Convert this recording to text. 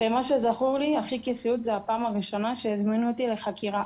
ומה שזכור לי הכי כסיוט זה הפעם הראשונה שהזמינו אותי לחקירה.